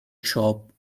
shop